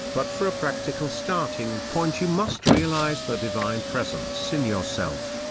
but for a practical starting point you must realise the divine presence in yourself,